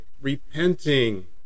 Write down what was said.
repenting